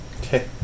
Okay